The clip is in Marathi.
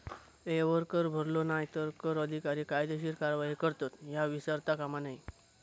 येळेवर कर भरलो नाय तर कर अधिकारी कायदेशीर कारवाई करतत, ह्या विसरता कामा नये